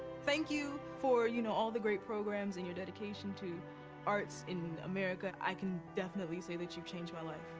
thank you for, you know, all the great programs and your dedication to arts in america. i can definitely say that you've changed my life.